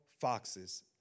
foxes